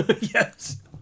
Yes